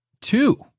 two